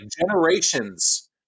generations